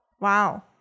Wow